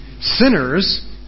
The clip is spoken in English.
sinners